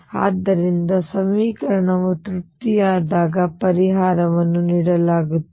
ಆದ್ದರಿಂದ ಸಮೀಕರಣವು ತೃಪ್ತಿಯಾದಾಗ ಪರಿಹಾರವನ್ನು ನೀಡಲಾಗುತ್ತದೆ